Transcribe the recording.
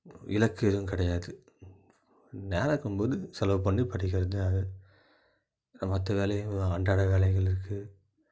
இலக்கு எதுவும் கிடையாது நேரம் இருக்கும் போது செலவு பண்ணி படிக்கிறது தான் அது மற்ற வேலையும் அன்றாட வேலைகள் இருக்குது